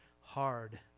hard